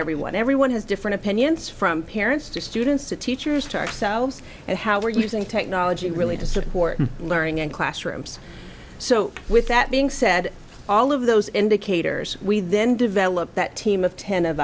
everyone everyone has different opinions from parents to students to teachers to ourselves and how we're using technology really to support learning in classrooms so with that being said all of those indicators we then develop that team of ten of